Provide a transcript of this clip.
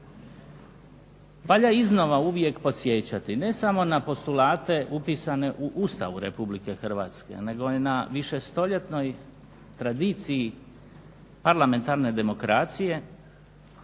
Valja iznova uvijek podsjećati ne samo na apostulate upisane u Ustavu Republike Hrvatske nego i na višestoljetnoj tradiciji parlamentarne demokracije